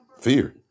Fear